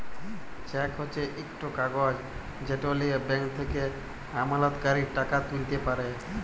cheque হছে ইকট কাগজ যেট লিঁয়ে ব্যাংক থ্যাকে আমলাতকারী টাকা তুইলতে পারে